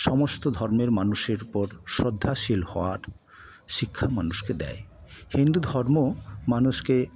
সমস্ত ধর্মের মানুষের উপর শ্রদ্ধাশীল হওয়ার শিক্ষা মানুষকে দেয় হিন্দু ধর্ম মানুষকে